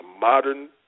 modern